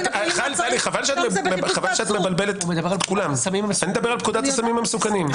מדבר על פקודת הסמים המסוכנים.